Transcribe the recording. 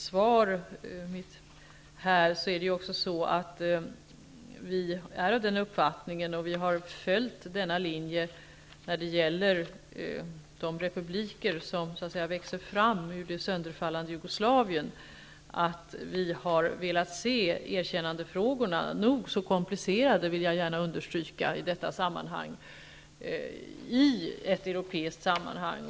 Som jag sade i mitt svar är vi av den uppfattningen och har följt linjen när det gäller de republiker som växer fram ur det sönderfallande Jugoslavien att vi vill se erkännandefrågorna -- som är nog så komplicerade -- i ett europeiskt sammanhang.